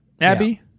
Abby